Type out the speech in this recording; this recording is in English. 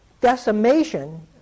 decimation